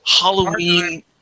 Halloween